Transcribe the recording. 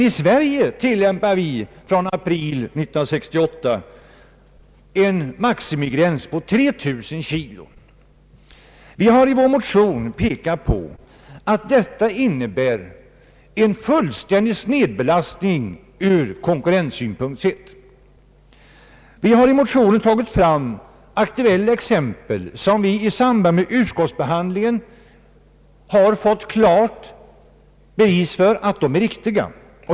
I Sverige tillämpar vi emellertid fr.o.m. april 1968 en maximigräns på 3000 kg. Vi har i vår motion pekat på att detta innebär en fullständig snedbelastning ur konkurrenssynpunkt sett. Vi har i motionen tagit fram aktuella exempel, och vi har i samband med utskottsbehandlingen fått klart bevis för att de är riktiga.